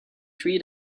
three